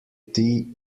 tea